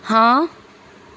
ਹਾਂ